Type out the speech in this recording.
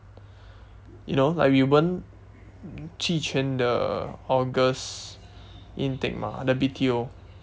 you know like we won't 弃权 the august intake mah the B_T_O